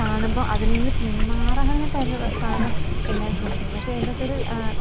കാണുമ്പോൾ അതിൽനിന്ന് പിന്മാറാനായിട്ടായിരുന്നു സാധാരണ എല്ലാവരും ശ്രമിക്കുന്നത് പക്ഷേ അതിൻ്റകത്തൊരു